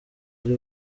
ari